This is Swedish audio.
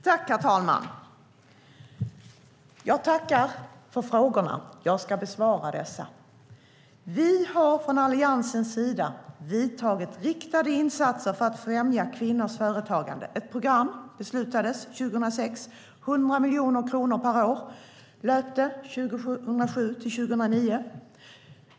Herr talman! Jag tackar för frågorna och ska besvara dem. Vi har från Alliansens sida gjort riktade insatser för att främja kvinnors företagande. Ett program beslutades 2006. 100 miljoner kronor per år löpte 2007-2009.